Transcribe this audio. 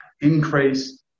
increase